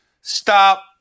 stop